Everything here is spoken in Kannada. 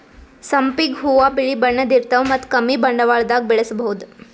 ಸಂಪಿಗ್ ಹೂವಾ ಬಿಳಿ ಬಣ್ಣದ್ ಇರ್ತವ್ ಮತ್ತ್ ಕಮ್ಮಿ ಬಂಡವಾಳ್ದಾಗ್ ಬೆಳಸಬಹುದ್